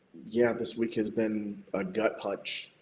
yeah, this week has been a gut punch